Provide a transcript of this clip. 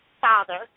father